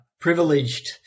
privileged